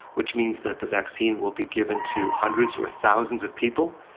which means that the vaccine will be given to hundreds or thousands of people,